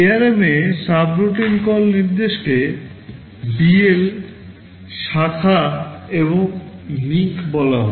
ARM এ subroutine call নির্দেশকে BL শাখা এবং লিঙ্ক বলা হয়